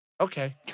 Okay